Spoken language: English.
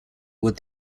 would